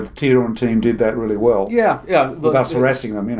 and teodor and team did that really well, yeah yeah with house-arresting them, you know